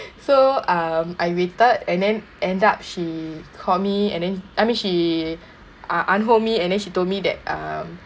so um I waited and then end up she call me and then I mean she ah un-hold and then she told me that um